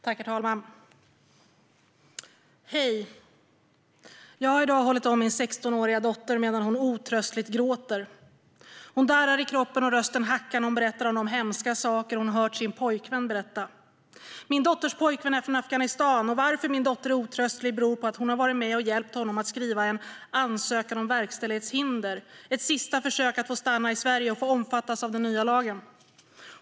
Herr talman! "Hej! Jag har i dag hållit om min 16-åriga dotter medan hon otröstligt gråter. Hon darrar i kroppen och rösten hackar när hon berättar om de hemska saker hon hört sin pojkvän berätta. Min dotters pojkvän är från Afghanistan, och att min dotter är otröstlig beror på att hon varit med och hjälpt honom att skriva en 'ansökan om verkställighetshinder', ett sista försök att få stanna i Sverige och få omfattas av den nya lagen.